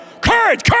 Courage